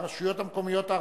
ברשויות המקומיות הערביות,